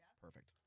Perfect